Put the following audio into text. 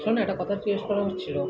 শোন না একটা কথা জিজ্ঞেস করার ছিল